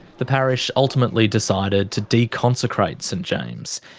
the parish ultimately decided to deconsecrate st james.